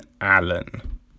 Allen